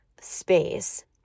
space